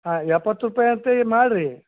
ಹಾಂ ಎಪ್ಪತ್ತು ರೂಪಾಯಿ ಅಂತೇಳಿ ಮಾಡಿರಿ